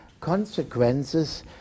consequences